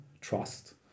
trust